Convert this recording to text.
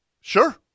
Sure